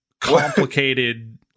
complicated